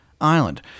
Island